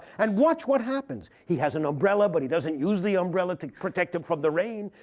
and watch what happens. he has an umbrella, but he doesn't use the umbrella to protect him from the rain,